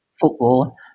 football